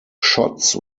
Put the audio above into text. shots